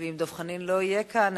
ואם דב חנין לא יהיה כאן,